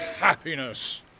Happiness